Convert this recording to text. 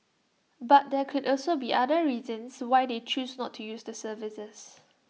but there could also be other reasons why they choose not to use the services